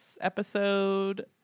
episode